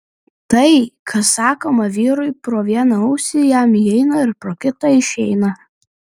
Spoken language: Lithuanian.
tai kas sakoma vyrui pro vieną ausį jam įeina ir pro kitą išeina